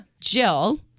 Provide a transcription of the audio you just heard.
Jill